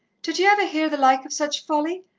did ye ever hear the like of such folly?